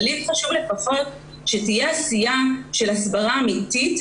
אבל חשוב לי לפחות שתהיה עשייה של הסברה אמיתית,